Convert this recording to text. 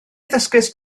ddysgaist